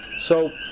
so,